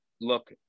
look